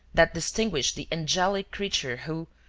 that distinguished the angelic creature who,